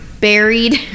Buried